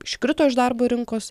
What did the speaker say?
iškrito iš darbo rinkos